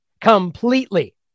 completely